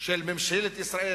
של ממשלת ישראל,